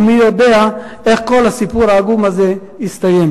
ומי יודע איך כל הסיפור העגום הזה יסתיים.